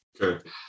Okay